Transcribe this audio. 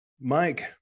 Mike